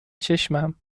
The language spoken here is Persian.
چشمم